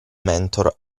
mentor